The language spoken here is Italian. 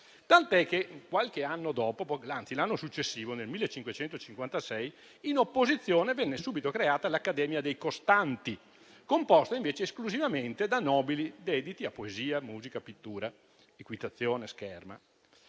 tant'è che l'anno successivo, nel 1556, in opposizione venne subito creata l'Accademia dei Costanti, composta invece esclusivamente da nobili dediti a poesia, musica, pittura, equitazione e scherma.